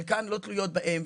חלקן לא תלויות בהן,